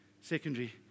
secondary